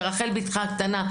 ברחל בתך הקטנה,